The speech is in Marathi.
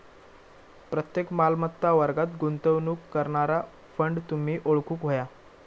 प्रत्येक मालमत्ता वर्गात गुंतवणूक करणारा फंड तुम्ही ओळखूक व्हया